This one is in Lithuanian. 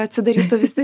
atsidarytų visi